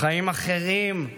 חיים אחרים,